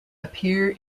appear